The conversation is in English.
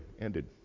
ended